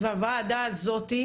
והוועדה הזאת,